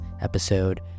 episode